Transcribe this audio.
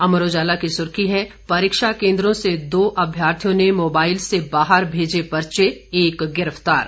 अमर उजाला की सुर्खी है परीक्षा केन्द्रों से दो अभ्यर्थियों ने मोबाइल से बाहर भेजे पर्चे एक गिरफ्तार